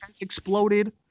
exploded